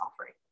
offering